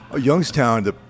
Youngstown